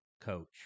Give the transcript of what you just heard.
coach